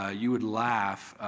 ah you would laugh.